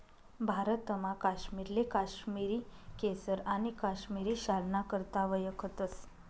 भारतमा काश्मीरले काश्मिरी केसर आणि काश्मिरी शालना करता वयखतस